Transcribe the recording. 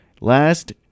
Last